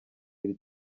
iri